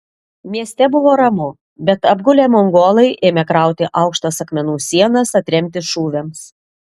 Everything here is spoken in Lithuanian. mieste buvo ramu bet apgulę mongolai ėmė krauti aukštas akmenų sienas atremti šūviams